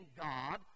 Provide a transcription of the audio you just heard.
God